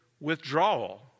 withdrawal